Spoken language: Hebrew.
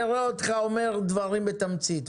נראה אותך אומר דברים בתמצית.